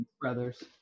brothers